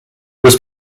was